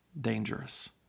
dangerous